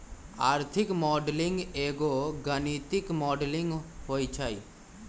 आर्थिक मॉडलिंग एगो गणितीक मॉडलिंग होइ छइ